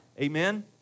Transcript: Amen